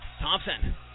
Thompson